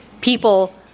people